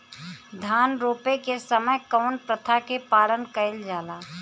धान रोपे के समय कउन प्रथा की पालन कइल जाला?